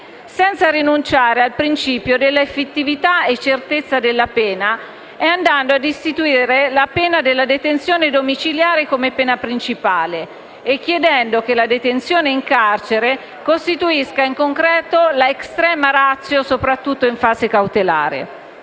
senza rinunciare al principio della effettività e certezza della pena, andando a istituire la pena della detenzione domiciliare come pena principale e chiedendo che la detenzione in carcere costituisca in concreto l'*extrema ratio*, soprattutto in fase cautelare.